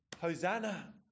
hosanna